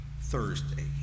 Thursday